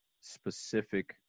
specific